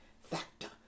factor